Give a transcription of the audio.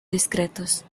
discretos